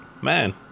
man